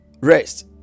rest